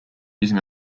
using